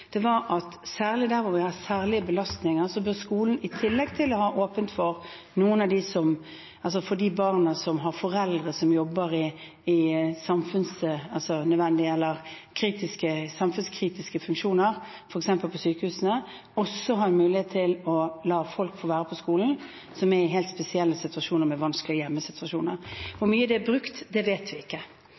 at der hvor det er særlige belastninger, bør skolene – i tillegg til å ha åpent for de barna som har foreldre som har samfunnskritiske funksjoner, f.eks. på sykehusene – ha en mulighet til å la de som er i en helt spesiell situasjon og har vanskelige forhold hjemme, være på skolen. Hvor mye det er brukt, vet vi ikke.